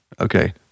okay